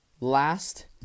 Last